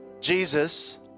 Jesus